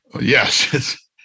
Yes